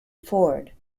ford